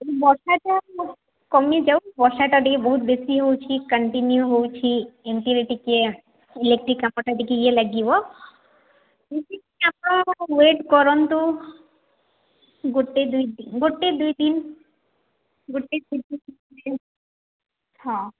ବର୍ଷାଟା କମିଯାଉ ବର୍ଷାଟା ଟିକେ ବହୁତ ବେଶୀ ହଉଛି କଣ୍ଟିନ୍ୟୁ ହେଉଛି ଏମିତିରେ ଟିକେ ଇଲେକ୍ଟ୍ରି କାମଟା ଟିକେ ଇଏ ଲାଗିବ ଆପଣ ୱେଟ୍ କରନ୍ତୁ ଗୋଟେ ଦୁଇ ଗୋଟେ ଦୁଇ ଦିନ ଗୋଟେ ହଁ